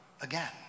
again